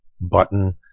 button